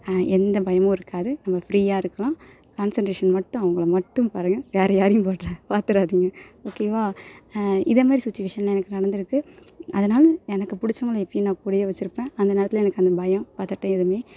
எந்த பயமும் இருக்காது நம்ம ஃப்ரீயாக இருக்கலாம் கான்சன்ட்ரேஷன் மட்டும் அவங்கள மட்டும் பாருங்கள் வேறு யாரையும் பார்த்த பார்த்துறாதீங்க ஓகே வா இதேமாரி சுட்சிவேஷன்லாம் எனக்கு நடந்துருக்குது அதனால எனக்கு பிடிச்சவங்கள எப்போயும் நான் கூடயே வச்சுருப்பேன் அந்த நேரத்தில் எனக்கு அந்த பயம் பதட்டம் எதுவுமே